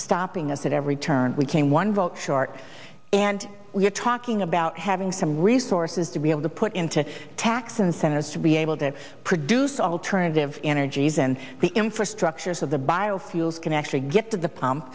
stopping us at every turn we came one vote short and we're talking about having some resources to be able to put into a tax incentives to be able to produce alternative energies and the infrastructures of the biofuels can actually get to the p